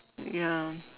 ya